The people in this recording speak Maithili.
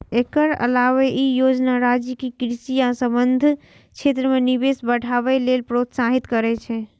एकर अलावे ई योजना राज्य कें कृषि आ संबद्ध क्षेत्र मे निवेश बढ़ावे लेल प्रोत्साहित करै छै